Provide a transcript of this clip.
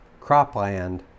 cropland